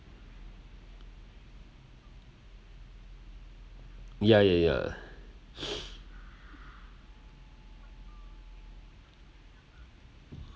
ya ya ya